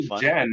Jen